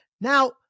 Now